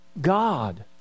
God